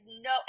no